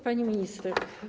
Pani Minister!